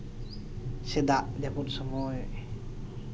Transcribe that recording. ᱥᱮ ᱫᱟᱜ ᱡᱟᱹᱯᱩᱫ ᱥᱚᱢᱚᱭ